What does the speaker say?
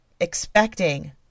expecting